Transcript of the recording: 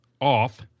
off